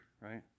right